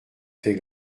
fait